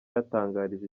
yatangarije